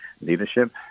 leadership